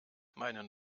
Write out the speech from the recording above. meinen